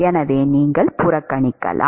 எனவே நீங்கள் புறக்கணிக்கலாம்